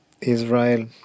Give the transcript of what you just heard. Israel